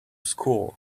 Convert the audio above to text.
score